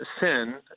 sin